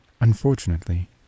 Unfortunately